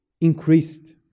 increased